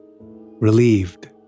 Relieved